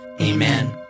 Amen